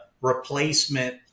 replacement